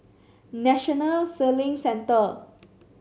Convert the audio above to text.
National Sailing Centre